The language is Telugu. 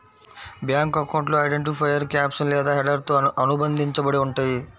బ్యేంకు అకౌంట్లు ఐడెంటిఫైయర్ క్యాప్షన్ లేదా హెడర్తో అనుబంధించబడి ఉంటయ్యి